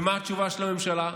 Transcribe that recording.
ומה התשובה של הממשלה?